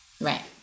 Right